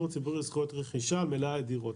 הציבורי על זכויות רכישה על מלאי הדירות.